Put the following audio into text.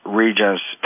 region's